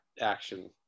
action